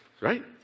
right